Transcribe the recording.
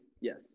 Yes